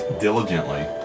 diligently